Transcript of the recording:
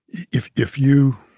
if if you